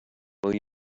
will